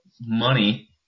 money